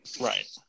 Right